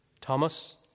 Thomas